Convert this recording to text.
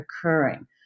occurring